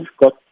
got